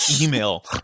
email